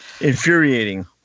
Infuriating